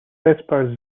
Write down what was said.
aspire